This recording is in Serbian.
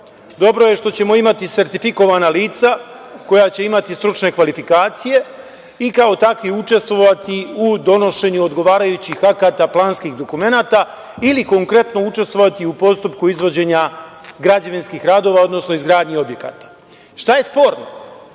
Dobro je što ćemo imati sertifikovana lica koja će imati stručne kvalifikacije i kao takvi učestovati u donošenju odgovarajućih akata, planskih dokumenata ili konkretno , učestvovati u postupku izvođenja građevinskih radova, odnosno izgradnji objekata. Šta je sporno?